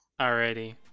Alrighty